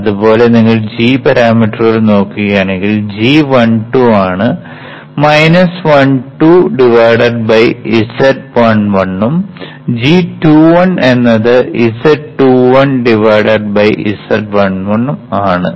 അതുപോലെ നിങ്ങൾ g പാരാമീറ്ററുകൾ നോക്കുകയാണെങ്കിൽ g12 ആണ് z12 z11 ഉം g21 എന്നത് z21 z11 ഉം ആണ്